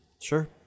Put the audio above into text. Sure